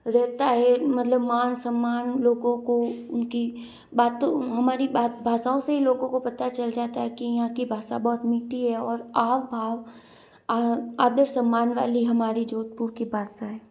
रहता है मतलब मान सम्मान लोगों को उनकी बातों हमारी भाषाओं से ही लोगों को पता चल जाता है कि यहाँ की भाषा बहुत मीठी है और आव भाव आदर सम्मान वाली हमारी जोधपुर की भाषा है